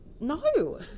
no